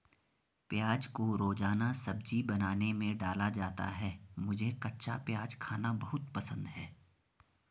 प्याज को रोजाना सब्जी बनाने में डाला जाता है मुझे कच्चा प्याज खाना बहुत पसंद है